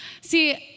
See